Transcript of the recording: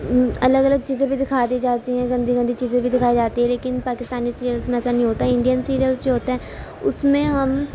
الگ الگ چیزیں بھی دکھا دی جاتی ہیں گندی گندی چیزیں بھی دکھائی جاتی ہے لیکن پاکستانی سیریلس میں ایسا نہیں ہوتا انڈین سیریلس جو ہوتے ہیں اس میں ہم